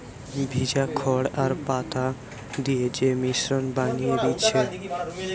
ভিজা খড় আর পাতা দিয়ে যে মিশ্রণ বানিয়ে দিচ্ছে